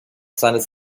seines